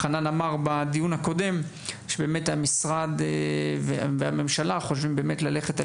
חנן אמר בדיון הקודם שהמשרד והממשלה חושבים ללכת על